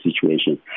situation